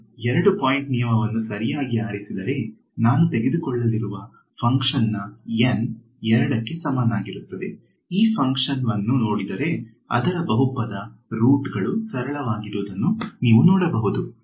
ನಾನು 2 ಪಾಯಿಂಟ್ ನಿಯಮವನ್ನು ಸರಿಯಾಗಿ ಆರಿಸಿದರೆ ನಾನು ತೆಗೆದುಕೊಳ್ಳಲಿರುವ ಫಂಕ್ಷನ್ ನ N 2 ಕ್ಕೆ ಸಮನಾಗಿರುತ್ತದೆ ಈ ಫಂಕ್ಷನ್ ವನ್ನು ನೋಡಿದರೆ ಅದರ ಬಹುಪದದ ರೂಟ್ ಗಳು ಸರಳವಾಗಿರುವುದನ್ನು ನೀವು ನೋಡಬಹುದು